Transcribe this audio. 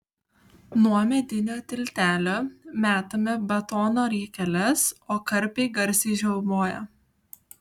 nuo medinio tiltelio metame batono riekeles o karpiai garsiai žiaumoja